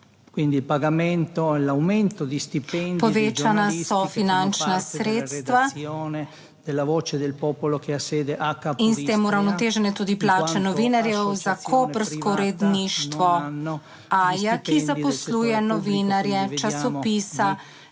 Povečana so finančna sredstva in s tem uravnotežene tudi plače novinarjev za koprsko uredništvo AIA, ki zaposluje novinarje časopisa